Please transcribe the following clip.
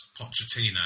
pochettino